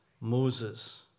Moses